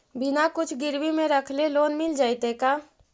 बिना कुछ गिरवी मे रखले लोन मिल जैतै का?